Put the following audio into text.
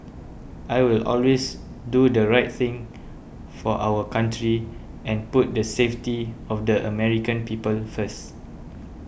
I will always do the right thing for our country and put the safety of the American people first